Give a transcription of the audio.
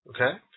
Okay